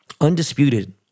Undisputed